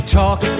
talk